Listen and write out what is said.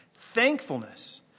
Thankfulness